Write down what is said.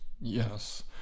Yes